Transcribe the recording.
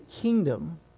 kingdom